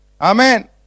Amen